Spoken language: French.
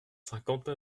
cinquante